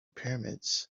pyramids